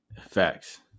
Facts